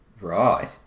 Right